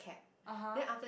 (uh huh)